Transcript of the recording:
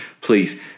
please